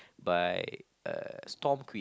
but uh Storm Queen